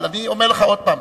אבל אני אומר לך עוד פעם,